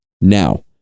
Now